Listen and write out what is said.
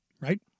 right